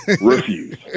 Refuse